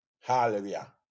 Hallelujah